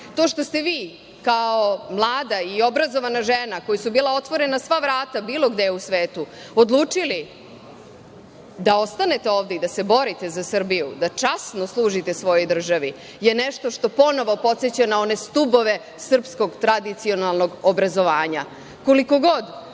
To što ste vi kao mlada i obrazovana žena, kojoj su bila otvorena sva vrata bilo gde u svetu, odlučili da ostanete ovde i da se borite za Srbiju, da časno služite svojoj državi, to je nešto što ponovo podseća na one stubove srpskog tradicionalnog obrazovanja. Koliko